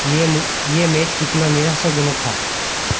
यह यह मैच कितना निराशाजनक था